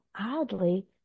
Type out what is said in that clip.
oddly